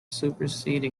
supersede